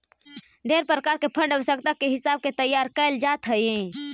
ढेर प्रकार के फंड आवश्यकता के हिसाब से तैयार कैल जात हई